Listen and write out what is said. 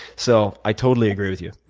so i totally agree with you.